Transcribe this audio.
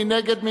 מי נגד?